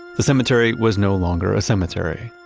the cemetery was no longer a cemetery,